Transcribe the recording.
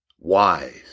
Wise